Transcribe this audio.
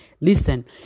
Listen